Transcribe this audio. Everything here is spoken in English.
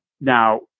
Now